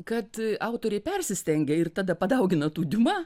kad autoriai persistengia ir tada padaugina tų diuma